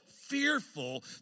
fearful